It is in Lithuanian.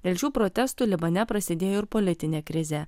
dėl šių protestų libane prasidėjo ir politinė krizė